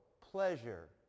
pleasure